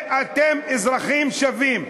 אתם אזרחים שווים.